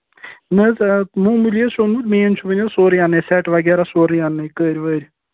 نہَ حظ آ معموٗلی حظ چھُ اوٚنمُت مین چھُ ؤنہِ حظ سورُے اَنٕنےَ سٮ۪ٹ وغیرہ سورُے اَنٕنےَ کٔرۍ ؤرۍ